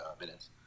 minutes